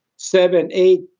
seven, eight,